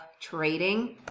trading